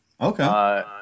Okay